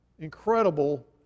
incredible